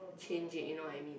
change it you know I mean